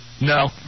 No